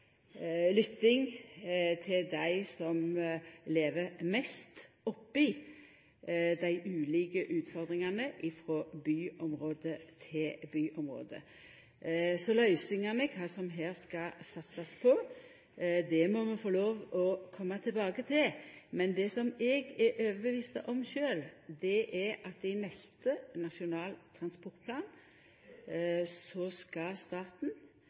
lytting til dei som lever mest oppe i dei ulike utfordringane, frå byområde til byområde. Så løysingane – kva som det skal satsast på – må vi få lov til å koma tilbake til. Men det som eg sjølv er overbevist om, er at i neste Nasjonal transportplan skal staten